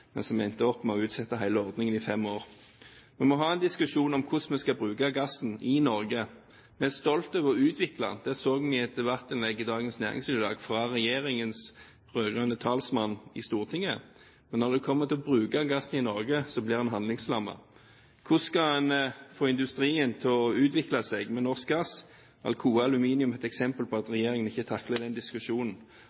men som endte opp med å utsette hele ordningen i fem år. Vi må ha en diskusjon om hvordan vi skal bruke gassen i Norge. Vi er stolte over å utvikle den. Det har vi sett i Dagens Næringsliv i dag fra regjeringens rød-grønne talsperson i Stortinget, men når det kommer til å bruke gassen i Norge, blir en handlingslammet. Hvordan skal en få industrien til å utvikle seg med norsk gass? Alcoa Aluminium er et eksempel på at